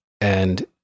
and-